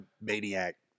maniac